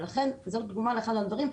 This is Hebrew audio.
ולכן זו דוגמה לאחד מהדברים.